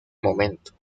momento